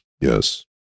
yes